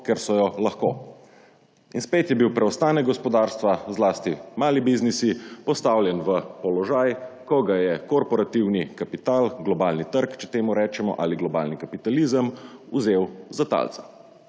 ker so jo lahko in spet je bil preostanek gospodarstva zlasti mali biznisi postavljen v položaj, ko ga je korporativni kapital globalni trg, če temu rečemo ali globalni kapitalizem vzel za talca.